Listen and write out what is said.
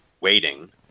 waiting